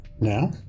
now